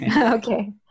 Okay